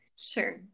sure